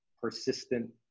persistent